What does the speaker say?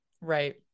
Right